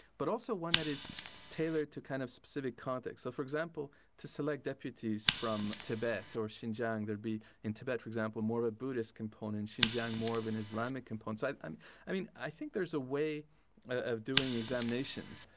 but also one that is tailored to kind of specific content, so for example, to select deputies from tibet or xinjiang there'd be in tibet for example, more a buddhist component, xinjiang more of an islamic component. so and i mean i think there's a way of doing examinations,